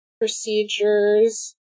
procedures